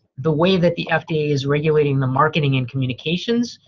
the way that the fda is regulating the marketing and communications.